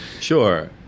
Sure